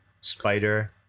Spider